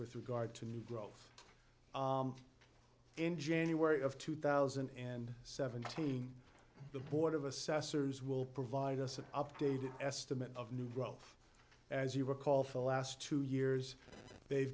with regard to new growth in january of two thousand and seventeen the board of assessors will provide us an updated estimate of new growth as you recall for last two years they've